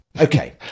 Okay